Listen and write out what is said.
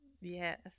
Yes